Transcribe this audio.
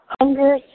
hunger